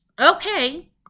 okay